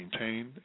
maintained